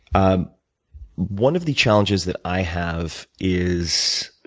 ah one of the challenges that i have is,